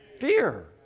fear